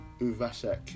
Uvasek